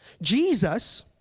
jesus